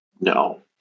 no